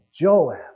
Joab